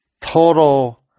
total